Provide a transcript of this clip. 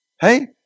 Hey